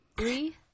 three